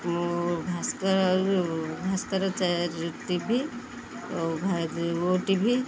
ମୁଁ ଭାସ୍କର ଟିଭି ଓ ଓଟିଭି